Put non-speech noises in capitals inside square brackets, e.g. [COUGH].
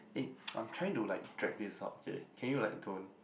eh [NOISE] I'm trying to like drag this out okay can you like don't